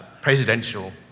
presidential